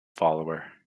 follower